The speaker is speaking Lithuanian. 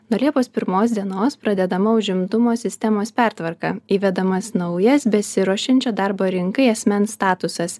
nuo liepos pirmos dienos pradedama užimtumo sistemos pertvarka įvedamas naujas besiruošiančio darbo rinkai asmens statusas